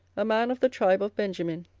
a man of the tribe of benjamin,